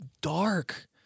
dark